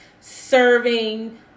serving